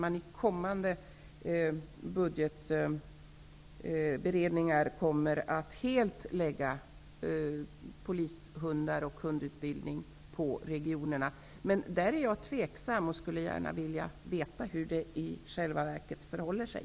Men i kommande budgetberedningar läggs kanske hela ansvaret för polishundar och hundutbildning på regionerna. Jag är dock tveksam i det avseendet och skulle vilja veta hur det i själva verket förhåller sig.